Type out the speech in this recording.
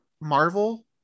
Marvel